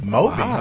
Moby